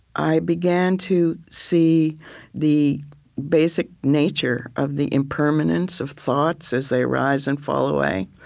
i began to see the basic nature of the impermanence of thoughts as they rise and fall away,